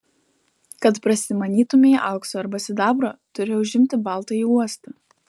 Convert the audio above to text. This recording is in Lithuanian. kad prasimanytumei aukso arba sidabro turi užimti baltąjį uostą